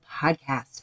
podcast